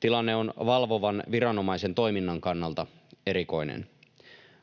Tilanne on valvovan viranomaisen toiminnan kannalta erikoinen.